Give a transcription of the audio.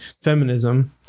feminism